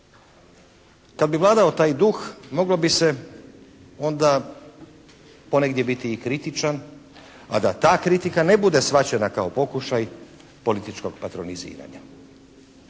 Kad bi vladao taj duh moglo bi se onda ponegdje biti i kritičan a da ta kritika ne bude shvaćena kao pokušaj političkog patroniziranja.